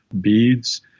beads